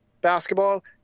basketball